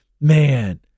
Man